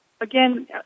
again